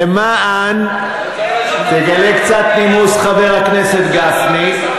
למען, תגלה קצת נימוס, חבר הכנסת גפני.